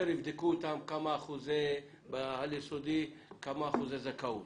יותר יבדקו בעל יסודי כמה אחוזי זכאות.